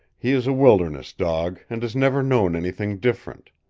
he is a wilderness dog, and has never known anything different.